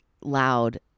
loud